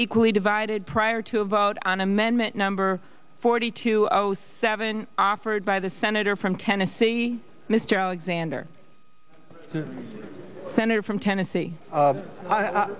equally divided prior to a vote on amendment number forty two zero seven offered by the senator from tennessee mr alexander senator from tennessee